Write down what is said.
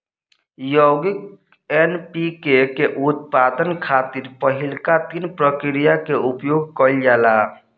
यौगिक एन.पी.के के उत्पादन खातिर पहिलका तीन प्रक्रिया के उपयोग कईल जाला